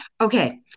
Okay